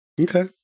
Okay